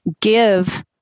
give